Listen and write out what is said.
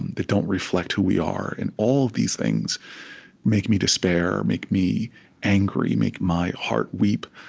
that don't reflect who we are, and all of these things make me despair, make me angry, make my heart weep